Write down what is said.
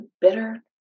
bitter